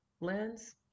lens